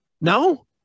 No